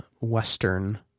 Western